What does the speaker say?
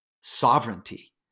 sovereignty